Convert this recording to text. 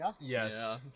Yes